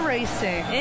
Racing